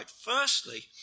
Firstly